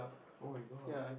oh-my-god